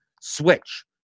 switch